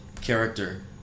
character